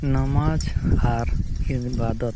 ᱱᱟᱢᱟᱡᱽ ᱟᱨ ᱤᱵᱟᱫᱚᱛ